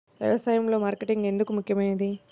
వ్యసాయంలో మార్కెటింగ్ ఎందుకు ముఖ్యమైనది?